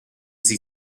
sie